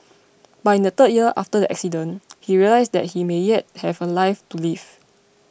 but in the third year after the accident he realised that he may yet have a life to live